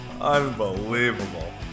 Unbelievable